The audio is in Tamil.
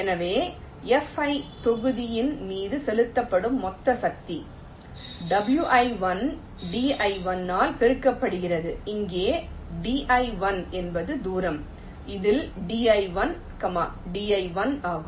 எனவே Fi தொகுதி மீது செலுத்தப்படும் மொத்த சக்தி wi1 di1 ஆல் பெருக்கப்படுகிறது இங்கே di1 என்பது தூரம் இதில் di1 di1 ஆகும்